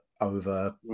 over